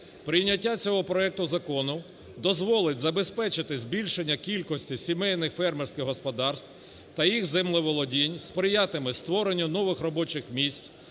Прийняття цього проекту закону дозволить забезпечити збільшення кількості сімейних фермерських господарств та їх землеволодінь, сприятиме створенню нових робочих місць,